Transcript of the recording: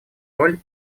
роль